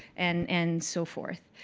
and and so forth.